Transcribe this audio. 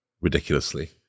ridiculously